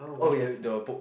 oh ya the book